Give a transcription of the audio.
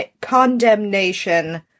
condemnation